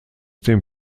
dem